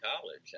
college